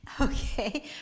Okay